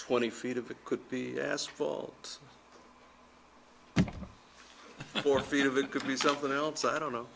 twenty feet of it could be asphalt four feet of it could be something else i don't know